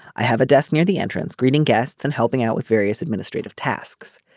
i have a desk near the entrance greeting guests and helping out with various administrative tasks.